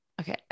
okay